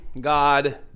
God